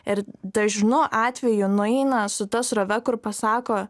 ir dažnu atveju nueina su ta srove kur pasako